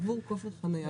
תגבור כופר חניה.